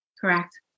correct